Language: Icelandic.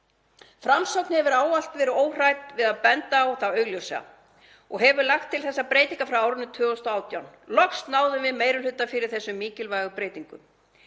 Framsókn hefur ávallt verið óhrædd við að benda á það augljósa og hefur lagt til þessar breytingar frá árinu 2018. Loks náðum við meiri hluta fyrir þessum mikilvægu breytingum.